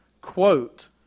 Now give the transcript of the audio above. quote